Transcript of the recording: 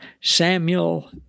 Samuel